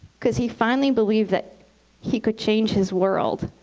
because he finally believed that he could change his world.